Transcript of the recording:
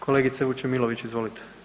Kolegice Vučemilović, izvolite.